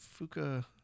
Fuka